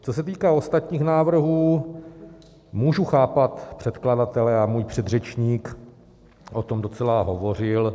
Co se týká ostatních návrhů, můžu chápat předkladatele, a můj předřečník o tom docela hovořil.